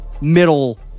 middle